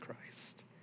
Christ